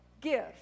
give